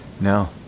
No